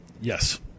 yes